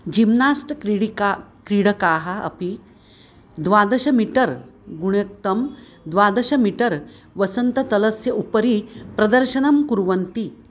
gymnast क्रीडिका क्रीडकाः अपि द्वादशमिटर् गुणयुक्तं द्वादशमिटर् वसन्ततलस्य उपरि प्रदर्शनं कुर्वन्ति